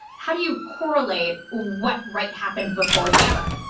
how do you correlate what write happened before the other,